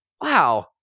wow